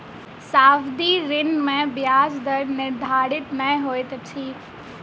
सावधि ऋण में ब्याज दर निर्धारित नै होइत अछि